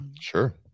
Sure